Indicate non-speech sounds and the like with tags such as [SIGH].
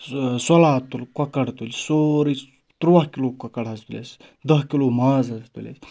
[UNINTELLIGIBLE] تُل کۄکر تُلۍ سورُے تُرٛواہ کِلوٗ کۄکَر حظ تُلۍ اَسہِ دٔہ کِلوٗ ماز حظ تُل اَسہِ